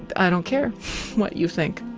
i don't care what you think